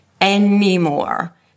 anymore